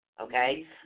Okay